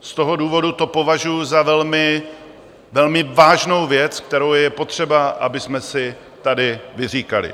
Z toho důvodu to považuju za velmi, velmi vážnou věc, kterou je potřeba, abychom si tady vyříkali.